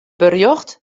berjocht